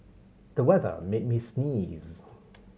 the weather made me sneeze